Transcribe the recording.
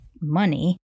money